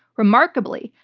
remarkably,